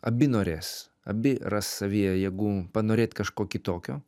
abi norės abi ras savyje jėgų panorėt kažko kitokio